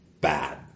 bad